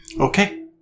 okay